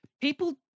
people